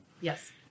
Yes